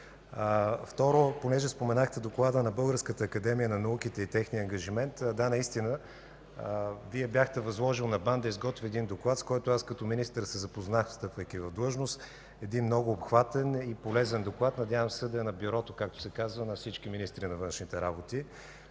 Второ, понеже споменахте доклада на Българската академия на науките и техния ангажимент, да, наистина Вие бяхте възложили на БАН да изготви доклад, с който аз, като министър, се запознах, встъпвайки в длъжност. Той е многообхватен и полезен доклад. Надявам се да е на бюрото, както се казва, на всички министри на външните работи.